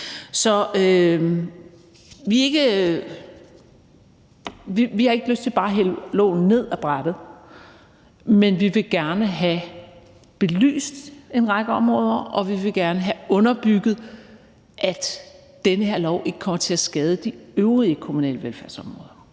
Så vi har ikke lyst til bare at hælde lovforslaget her ned ad brættet, men vi vil gerne have belyst en række områder, og vi vil gerne have underbygget, at den her lov ikke kommer til at skade de øvrige kommunale velfærdsområder,